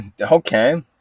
okay